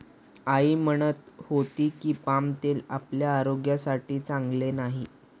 आई म्हणत होती की, पाम तेल आपल्या आरोग्यासाठी चांगले नाही